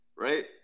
Right